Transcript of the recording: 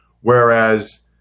whereas